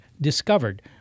discovered